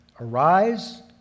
Arise